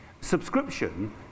Subscription